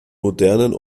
modernen